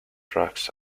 drugs